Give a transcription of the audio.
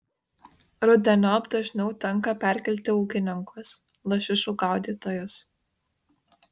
rudeniop dažniau tenka perkelti ūkininkus lašišų gaudytojus